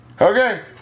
Okay